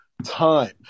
time